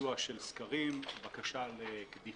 ביצוע של סקרים, בקשה לקדיחה,